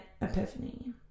epiphany